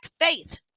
faith